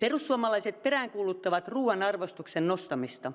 perussuomalaiset peräänkuuluttavat ruuan arvostuksen nostamista